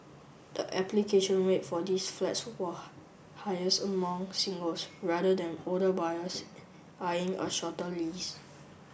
the application rate for these flats were highest among singles rather than older buyers eyeing a shorter lease